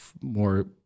more